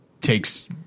takes